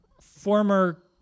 former